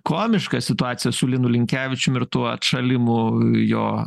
komiška situacija su linu linkevičium ir tuo atšalimu jo